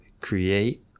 create